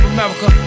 America